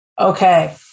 Okay